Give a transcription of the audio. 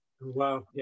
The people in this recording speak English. Wow